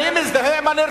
למה אתה מזדהה עם ה"חמאס"?